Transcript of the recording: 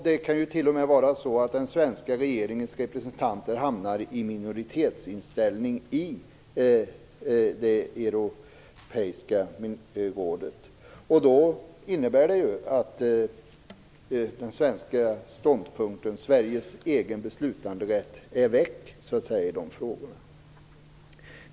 Den svenska regeringens representanter kan även hamna i minoritetsställning i ministerrådet, och då är Sveriges egen beslutanderätt i den fråga som behandlas borta.